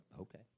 Okay